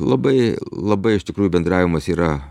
labai labai iš tikrųjų bendravimas yra